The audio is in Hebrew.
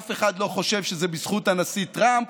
אף אחד לא חושב שזה בזכות הנשיא טראמפ.